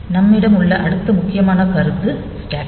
நம்மிடம் உள்ள அடுத்த முக்கியமான கருத்து ஸ்டாக்